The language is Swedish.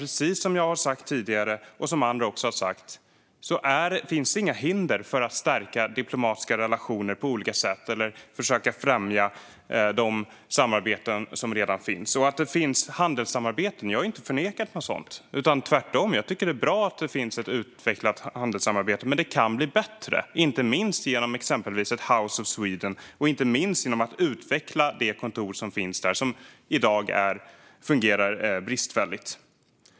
Precis som jag och andra har sagt tidigare finns det inga hinder för att stärka diplomatiska relationer på olika sätt eller för att försöka främja de samarbeten som redan finns. Jag har inte förnekat att det finns handelssamarbeten. Tvärtom - jag tycker att det är bra att det finns ett utvecklat handelssamarbete. Men det kan bli bättre, inte minst genom exempelvis ett House of Sweden och genom att utveckla det kontor som finns där, som i dag fungerar bristfälligt.